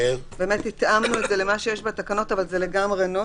באמת התאמנו את זה למה שיש בתקנות אבל זה לגמרי נוסח.